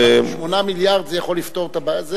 8 מיליארד, זה יכול לפתור את הבעיה?